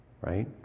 Right